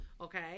Okay